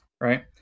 right